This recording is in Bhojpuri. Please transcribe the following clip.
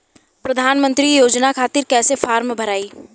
प्रधानमंत्री योजना खातिर कैसे फार्म भराई?